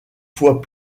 fois